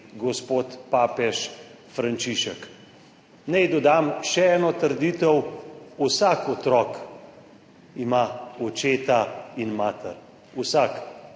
gospod papež Frančišek. Naj dodam še eno trditev, vsak otrok ima očeta in mater, vsak.